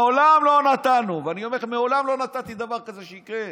מעולם לא נתנו, מעולם לא נתתי שדבר כזה יקרה.